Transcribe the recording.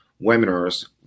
webinars